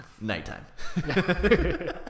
nighttime